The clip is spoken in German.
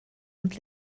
und